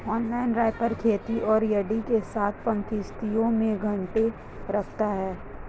inline wrapper खेतों और यार्डों के साथ पंक्तियों में गांठें रखता है